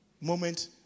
moment